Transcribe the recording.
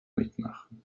mitmachen